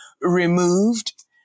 removed